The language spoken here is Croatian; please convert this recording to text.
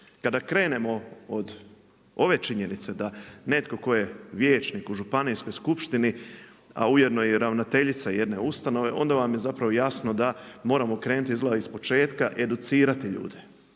Kada krenemo od ove činjenice da netko tko je vijećnik u županijskoj skupštini, a ujedno i ravnateljica jedne ustanove onda vam je zapravo jasno da moramo krenuti izgleda ispočetka educirati ljude.